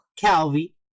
Calvi